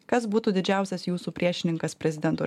kas būtų didžiausias jūsų priešininkas prezidento